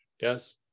Yes